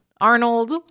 Arnold